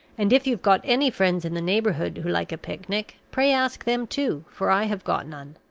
and if you have got any friends in the neighborhood who like a picnic, pray ask them too, for i have got none.